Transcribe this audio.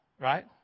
Right